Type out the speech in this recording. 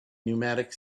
pneumatic